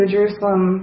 Jerusalem